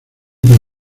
que